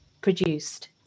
produced